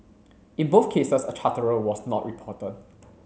in both cases a charterer was not reporter